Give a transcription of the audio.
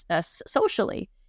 socially